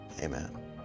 amen